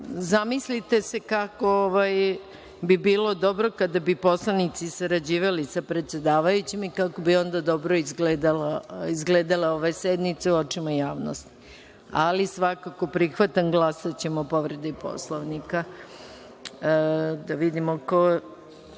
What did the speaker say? zamislite kako bi bilo dobro kada bi poslanici sarađivali sa predsedavajućim i kako bi onda dobro izgledala sednica u očima javnost, ali svakako prihvatam, glasaćemo o povredi Poslovnika. Reč ima